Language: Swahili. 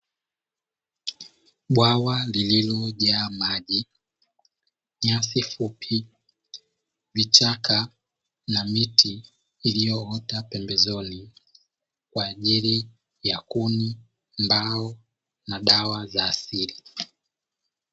Bwawa lililojaa maji, nyasi fupi, vichaka, na miti iliyoota pembezoni kwa ajili ya: kuni, mbao na dawa za asili.